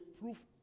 proof